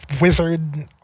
wizard